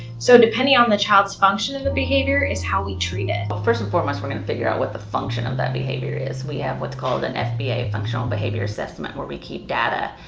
so, depending on the child's function in the behavior is how we treat it. but first and foremost, we're going to figure out what the function of that behavior is. we have what's called an fba, functional behavior assessment, where we keep data.